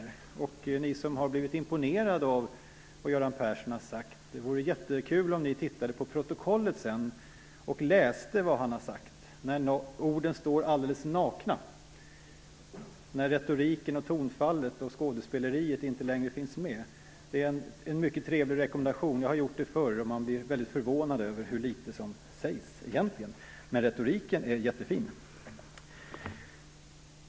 Det vore roligt om ni som har blivit imponerade av det som Göran Persson har sagt ville läsa det efteråt i protokollet - när orden står alldeles nakna och när retoriken, tonfallet och skådespeleriet inte längre finns med. Det är en mycket trevlig rekommendation. Jag har gjort så här förr och blivit väldigt förvånad över hur litet som egentligen sägs. Men retoriken är jättefin.